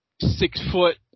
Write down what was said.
six-foot –